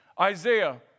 Isaiah